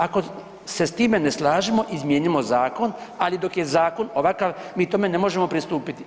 Ako se s time ne slažemo izmijenimo zakon, ali dok je zakon ovakav mi tome ne možemo pristupiti.